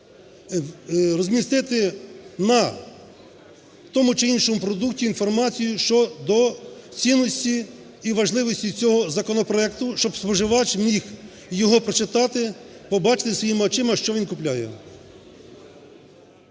розмістити на тому чи іншому продукті інформацію щодо цінності і важливості цього продукту, щоб споживач міг його прочитати, побачити своїми очима, що він купляє.